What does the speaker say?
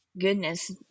goodness